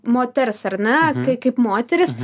mo ers ar ne kai kaip moteris